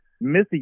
Missy